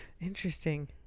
Interesting